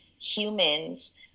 humans